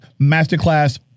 Masterclass